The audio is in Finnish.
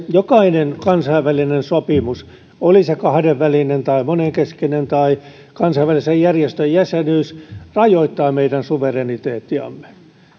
jokainen kansainvälinen sopimus oli se kahdenvälinen tai monenkeskinen tai kansainvälisen järjestön jäsenyys rajoittaa meidän suvereniteettiamme